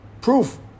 proof